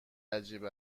عجیب